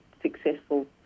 successful